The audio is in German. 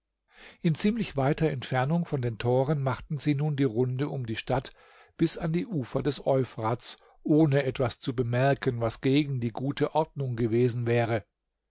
in ziemlich weiter entfernung von den toren machten sie nun die runde um die stadt bis an die ufer des euphrats ohne etwas zu bemerken was gegen die gute ordnung gewesen wäre